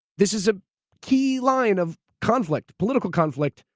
this is a key line of conflict, political conflict,